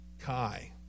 kai